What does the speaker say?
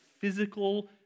physical